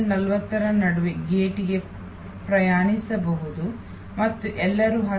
40 ರ ನಡುವೆ ಗೇಟ್ಗೆ ಪ್ರಯಾಣಿಸಬಹುದು ಮತ್ತು ಎಲ್ಲರೂ 10